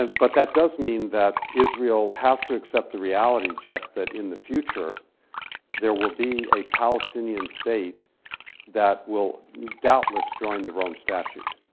ah but that does mean that israel has to accept the reality, jeff, that in the future there will be a palestinian state that will doubtless join the rome statute.